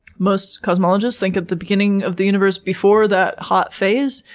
most cosmologists think at the beginning of the universe before that hot phase,